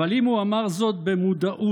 אבל אם הוא אמר זאת במודעות,